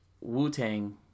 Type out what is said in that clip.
Wu-Tang